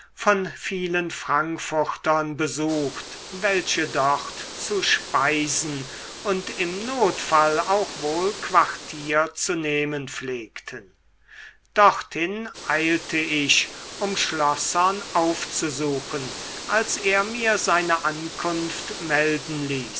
von vielen frankfurtern besucht welche dort zu speisen und im notfall auch wohl quartier zu nehmen pflegten dorthin eilte ich um schlossern aufzusuchen als er mir seine ankunft melden ließ